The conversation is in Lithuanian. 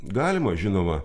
galima žinoma